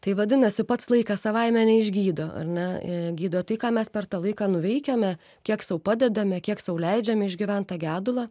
tai vadinasi pats laikas savaime neišgydo ar ne gydo tai ką mes per tą laiką nuveikiame kiek sau padedame kiek sau leidžiame išgyvent tą gedulą